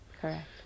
Correct